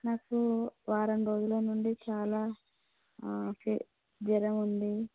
నాకు వారం రోజుల నుంచి చాలా ఒకటే జ్వరం ఉంది